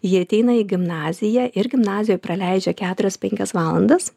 jie ateina į gimnaziją ir gimnazijoj praleidžia keturias penkias valandas